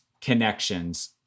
connections